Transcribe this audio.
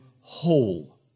whole